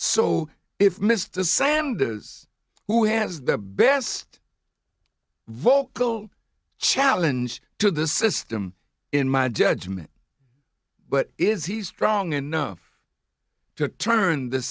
so if mr sanders who has the best vocal challenge to the system in my judgment but is he strong enough to turn the